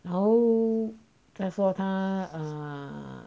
然后再说他 err